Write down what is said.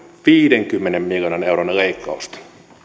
viidenkymmenen miljoonan euron leikkausta